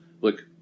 look